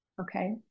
Okay